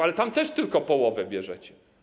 Ale tam też tylko połowę bierzecie.